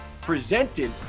presented